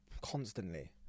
constantly